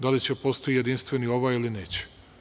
Da li će da postoji jedinstveni ovaj ili neće?